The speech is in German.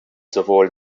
sowohl